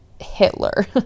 Hitler